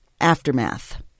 Aftermath